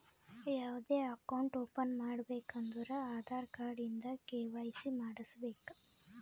ಯಾವ್ದೇ account open ಮಾಡ್ಬೇಕ ಅಂದುರ್ ಆಧಾರ್ ಕಾರ್ಡ್ ಇಂದ ಕೆ.ವೈ.ಸಿ ಮಾಡ್ಸಬೇಕ್